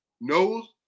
knows